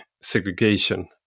segregation